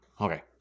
Okay